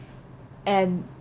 and